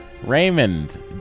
Raymond